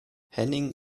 henning